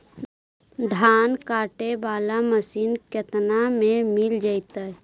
धान काटे वाला मशीन केतना में मिल जैतै?